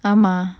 ஆமா:aama